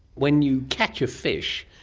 when you catch a fish,